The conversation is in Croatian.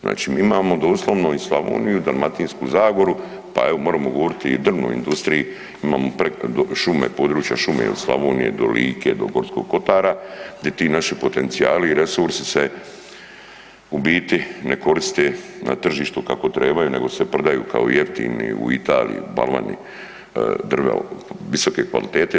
Znači mi imamo doslovno i Slavoniju i Dalmatinsku zagoru, pa evo moremo govori i o drvnoj industriji, imamo šume, područja šume od Slavonije do Like, do Gorskog kotara gdje ti naši potencijali i resursi se u biti ne koriste na tržištu kako trebaju nego se prodaju kao jeftini u Italiji balvani, drva visoke kvalitete.